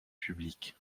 publiques